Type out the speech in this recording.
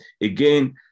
Again